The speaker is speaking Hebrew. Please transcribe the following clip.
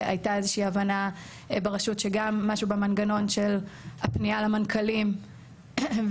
הייתה איזושהי הבנה ברשות שגם משהו במנגנון של הפנייה למנכ"לים וגם